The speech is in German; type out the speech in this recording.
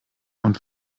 und